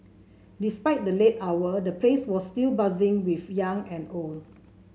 despite the late hour the place was still buzzing with young and old